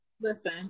Listen